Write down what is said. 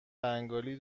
بنگالی